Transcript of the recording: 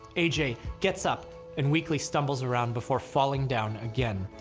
gets up and weakly stumbles around before falling down again.